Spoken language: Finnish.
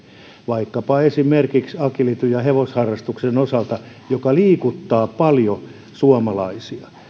esimerkiksi agility ja hevosharrastuksen osalta jotka liikuttavat paljon suomalaisia